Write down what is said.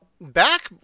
Back